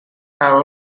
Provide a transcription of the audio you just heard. have